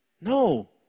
No